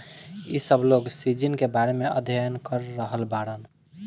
इ सब लोग सीजन के बारे में अध्ययन कर रहल बाड़न